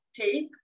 take